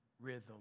rhythm